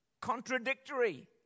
contradictory